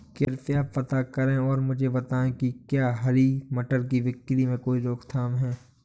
कृपया पता करें और मुझे बताएं कि क्या हरी मटर की बिक्री में कोई रोकथाम है?